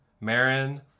Marin